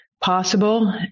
possible